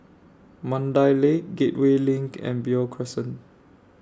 Mandai Lake Gateway LINK and Beo Crescent